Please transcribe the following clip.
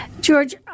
George